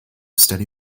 steady